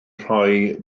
rhoi